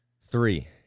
Three